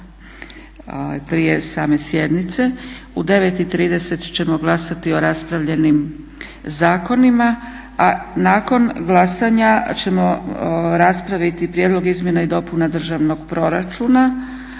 prije same sjednice. U 9,30 ćemo glasati o raspravljenim zakonima, a nakon glasanja ćemo raspraviti Prijedlog izmjena i dopuna državnog proračuna,